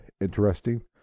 interesting